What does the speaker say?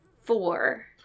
Four